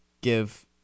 give